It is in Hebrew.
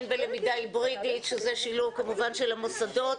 הן בלמידה היברידית שזה שילוב כמובן של המוסדות,